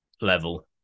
level